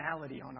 on